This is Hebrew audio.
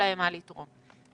מה לתרום.